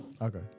Okay